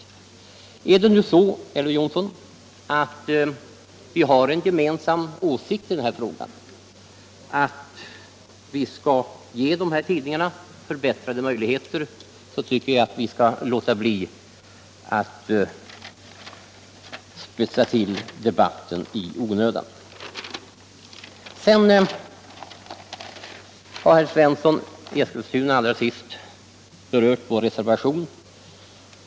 Har vi nu, Elver Jonsson, en gemensam åsikt i den här frågan att vi skall ge dessa tidningar förbättrade möjligheter, då tycker jag att vi skall låta bli att spetsa till debatten i onödan. Sedan vill jag till sist säga några ord till herr Svensson i Eskilstuna, som berörde vår reservation.